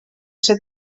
ser